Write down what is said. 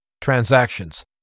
transactions